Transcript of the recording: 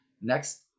next